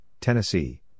Tennessee